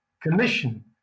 commission